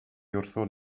wrthon